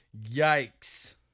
Yikes